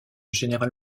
general